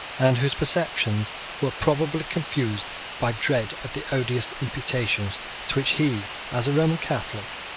and whose perceptions were probably confused by dread of the odious imputations to which he, as a roman catholic,